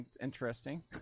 interesting